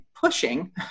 pushing